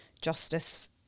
justice